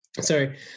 Sorry